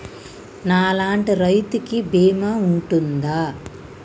నా లాంటి రైతు కి బీమా ఉంటుందా?